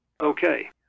Okay